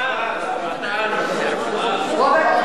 רוברט?